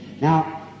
Now